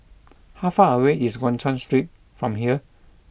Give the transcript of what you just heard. how far away is Guan Chuan Street from here